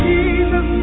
Jesus